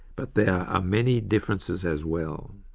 but there are many differences as well.